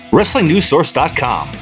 WrestlingNewsSource.com